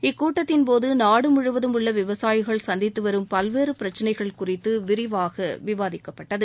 இக்கூட்டத்தின் போது நாடு முழுவதும் உள்ள விவசாயிகள் சந்தித்து வரும் பல்வேறு பிரச்சினைகள் குறித்து விரிவாக விவாதிக்கப்பட்டது